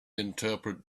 interpret